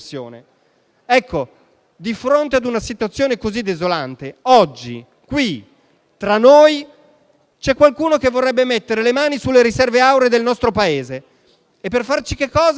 Ecco, di fronte ad una situazione così desolante, oggi qui, tra di noi, c'è qualcuno che vorrebbe mettere le mani sulle riserve auree del nostro Paese. E per farci che cosa?